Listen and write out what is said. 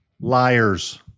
liars